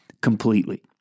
completely